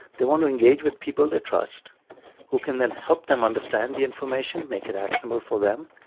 they want to engage with people they trust who can then help them understand the information, make it actionable for them,